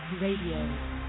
Radio